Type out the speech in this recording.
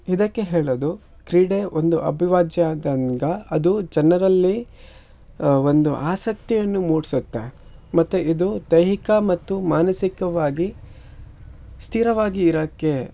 ಇದಕ್ಕೆ ಹೇಳೋದು ಕ್ರೀಡೆ ಒಂದು ಅವಿಭಾಜ್ಯ ಅಂಗ ಅದು ಜನರಲ್ಲಿ ಒಂದು ಆಸಕ್ತಿಯನ್ನು ಮೂಡಿಸುತ್ತೆ ಮತ್ತು ಇದು ದೈಹಿಕ ಮತ್ತು ಮಾನಸಿಕವಾಗಿ ಸ್ಥಿರವಾಗಿ ಇರಕ್ಕೆ